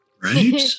Right